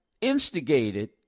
instigated